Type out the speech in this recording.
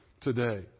today